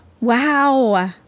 wow